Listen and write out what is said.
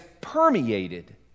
permeated